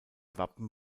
wappen